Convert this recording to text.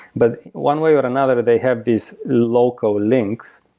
but one way or another, they have these local links,